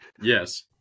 Yes